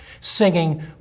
singing